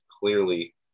Clearly